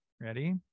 ready